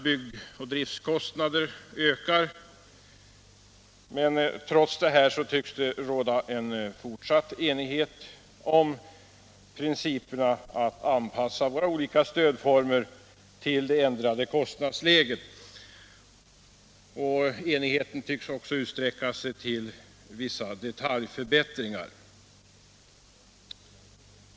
Byggoch driftkostnader ökar, men trots detta tycks det råda en fortsatt enighet om principen att anpassa våra olika stödformer till det ändrade kostnadsläget. Enigheten tycks också utsträcka sig till vissa detaljförbättringar.